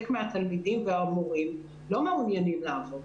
מהתלמידים והמורים לא מעוניינים לעבוד,